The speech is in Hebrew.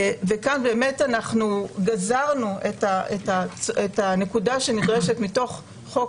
כאן אנחנו גזרנו את הנקודה שנדרשת מתוך חוק